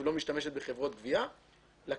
כי